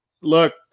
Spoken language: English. Look